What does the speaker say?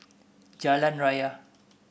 Jalan Raya